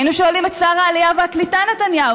היינו שואלים את שר העלייה והקליטה נתניהו